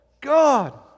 God